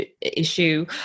issue